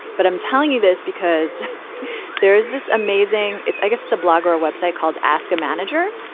but i'm telling you this because there is this amazing. it's i guess it's a blog or a website called ask a manager.